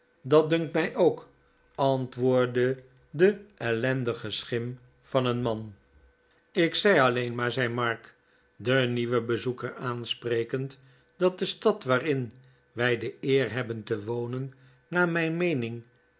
dat dunkt mij ook antwoordde de elaangenaam ziekenbezoek lendige schim van een man ik zei alleen maar zei mark den nieuwen bezoeker aansprekend dat de stad waarin wij de eer hebben te wonen naar mijn meening